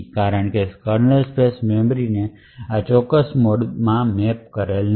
કારણ કે kernel space મેમરીને આ ચોક્કસ મોડમાં મેપ કરેલું નથી